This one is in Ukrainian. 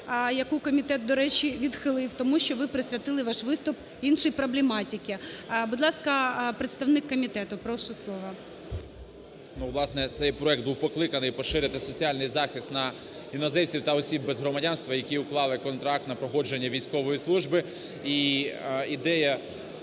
яку комітет, до речі, відхилив, тому що ви присвятили ваш виступ іншій проблематиці. Будь ласка, представник комітету прошу слова. 10:56:17 ВІННИК І.Ю. Ну, власне, цей проект був покликаний поширити соціальний захист на іноземців та осіб без громадянства, які уклали контракт на проходження військової служби. І ідея